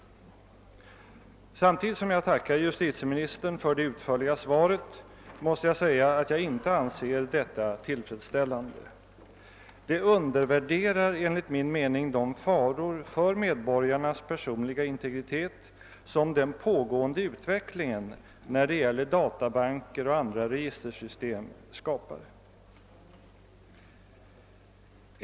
Samtidigt som jag tackar justitieministern för det utförliga svaret måste jag säga att jag inte anser detta tillfredsställande. Det undervärderar enligt min mening de faror för medborgarnas personliga integritet som den pågående utvecklingen när det gäller databanker och andra registersystem skapar.